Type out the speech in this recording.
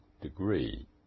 degree